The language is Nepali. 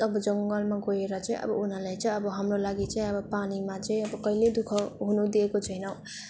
अब जङ्गलमा गएर चाहिँ अब उनीहरूले चाहिँ अब हाम्रो लागि चाहिँ अब पानीमा चाहिँ अब कहिल्यै दुःख हुनु दिएको छैन